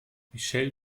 michelle